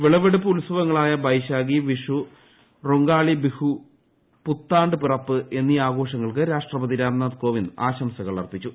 വിളവെടുപ്പ് ഉത്സവങ്ങളായ ബൈശാഖി വിഷു റൊങ്കാളി ബിഹു പുത്താണ്ട് പിറപ്പ് എന്നീ ആഘോഷങ്ങൾക്ക് രാഷ്ട്രപതി രാംനാഥ് കോവിന്ദ് ആശംസകൾ അർപ്പിച്ചു